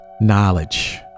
knowledge